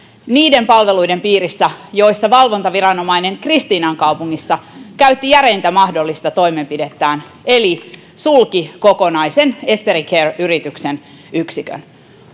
niiden palveluiden piirissä joissa valvontaviranomainen kristiinankaupungissa käytti järeintä mahdollista toimenpidettään eli sulki kokonaisen esperi care yrityksen yksikön